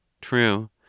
True